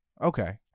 Okay